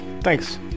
thanks